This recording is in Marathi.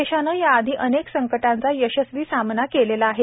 देशाने याआधी अनेक संकटांचा यशस्वी सामना केला आहे